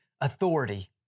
authority